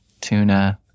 tuna